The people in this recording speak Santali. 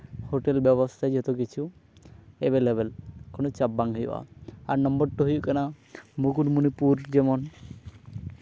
ᱦᱳᱴᱮᱞ ᱵᱮᱵᱚᱥᱛᱷᱟ ᱡᱚᱛᱚ ᱠᱤᱪᱷᱩ ᱮᱵᱮᱞ ᱮᱵᱮᱞ ᱠᱳᱱᱳ ᱪᱟᱯ ᱵᱟᱝ ᱦᱩᱭᱩᱜᱼᱟ ᱱᱚᱢᱵᱚᱨ ᱴᱩ ᱦᱩᱭᱩᱜ ᱠᱟᱱᱟ ᱢᱩᱠᱩᱴᱢᱚᱱᱤᱯᱩᱨ ᱡᱮᱢᱚᱱ